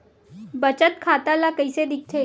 बचत खाता ला कइसे दिखथे?